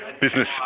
business